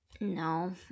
No